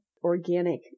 organic